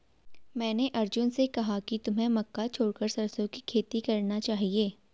मैंने अर्जुन से कहा कि तुम्हें मक्का छोड़कर सरसों की खेती करना चाहिए